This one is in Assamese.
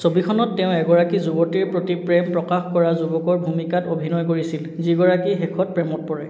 ছবিখনত তেওঁ এগৰাকী যুৱতীৰ প্ৰতি প্ৰেম প্ৰকাশ কৰা যুৱকৰ ভূমিকাত অভিনয় কৰিছিল যিগৰাকী শেষত প্ৰেমত পৰে